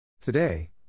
Today